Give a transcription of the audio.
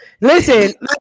Listen